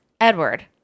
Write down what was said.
edward